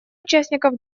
участников